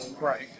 Right